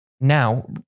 Now